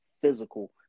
physical